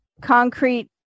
concrete